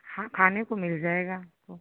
हाँ खाने को मिल जाएगा वो